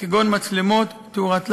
כגון מצלמות, תאורת לילה,